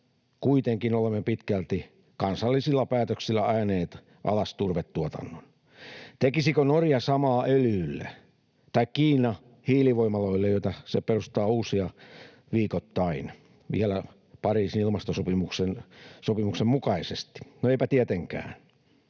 Kuitenkin olemme pitkälti kansallisilla päätöksillä ajaneet alas turvetuotannon. Tekisikö Norja samaa öljylle tai Kiina hiilivoimaloille, joita se perustaa uusia viikoittain, vielä Pariisin ilmastosopimuksen mukaisesti? No, eipä tietenkään.